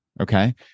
okay